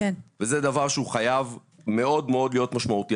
וזה דבר שחייב מאוד מאוד להיות משמעותי.